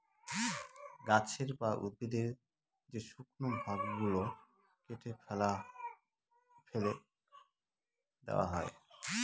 গাছের বা উদ্ভিদের যে শুকনো ভাগ গুলো কেটে ফেলে দেওয়া হয়